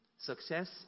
Success